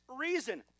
reason